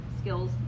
skills